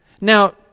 Now